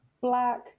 black